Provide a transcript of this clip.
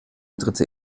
dritte